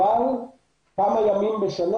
אבל כמה ימים בשנה,